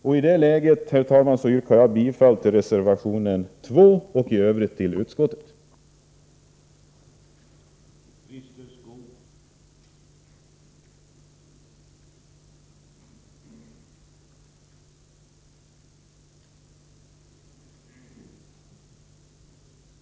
Jag vill, herr talman, yrka bifall till reservation 2 och i övrigt till utskottets hemställan.